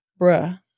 Bruh